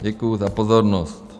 Děkuju za pozornost.